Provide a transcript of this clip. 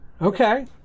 Okay